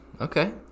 okay